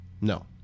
No